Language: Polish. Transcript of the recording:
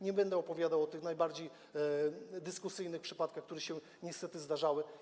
Nie będę opowiadał o tych najbardziej dyskusyjnych przypadkach, które się niestety zdarzały.